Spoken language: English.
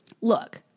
look